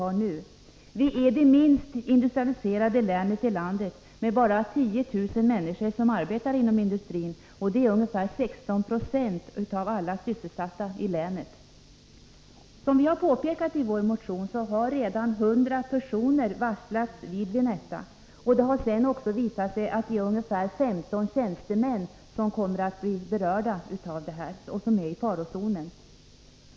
Jämtland är det minst industrialiserade länet i landet med bara 10 000 människor som arbetar inom industrin. Det är ungefär 16 96 av alla sysselsatta i länet. Som vi har påpekat i vår motion har 100 personer redan varslats vid Vinetta. Sedermera har det visat sig att ungefär 15 tjänstemäns arbeten också är i farozonen.